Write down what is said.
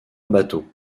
bateau